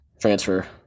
Transfer